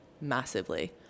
massively